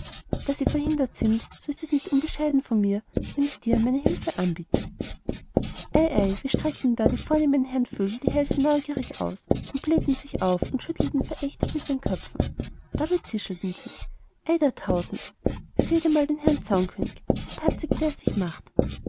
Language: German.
da sie verhindert sind so ist es nicht unbescheiden von mir wenn ich dir meine hilfe anbiete ei ei wie streckten da die vornehmen herren vögel die hälse neugierig aus und blähten sich auf und schüttelten verächtlich mit den köpfen dabei zischelten sie ei der tausend seht einmal den herrn zaunkönig an wie patzig der sich macht